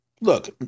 look